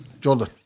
Jordan